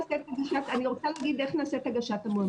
אני רוצה להגיד איך נעשית הגשת המועמדות.